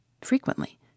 Frequently